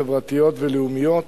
חברתיות ולאומיות.